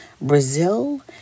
Brazil